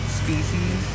species